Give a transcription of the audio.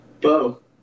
Bo